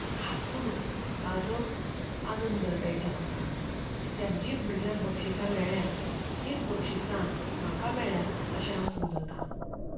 हातूनूच म्हाजो आनंद मेळटा म्हाका कित्याक जी भुरग्यांक बक्षिसां मेळ्ळ्यांत तीं म्हाका मेळ्ळ्यांत अशें हांव समजतां